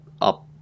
up